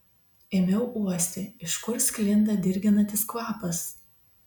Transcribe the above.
ėmiau uosti iš kur sklinda dirginantis kvapas